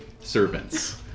servants